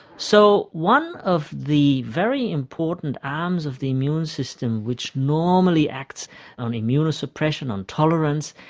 so one of the very important arms of the immune system which normally acts on immunosuppression, on tolerance,